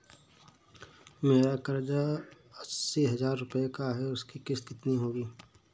मेरा कर्ज अस्सी हज़ार रुपये का है उसकी किश्त कितनी होगी?